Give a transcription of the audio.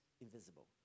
invisible